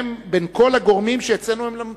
בין כל הגורמים, שאצלנו הם לא מתואמים.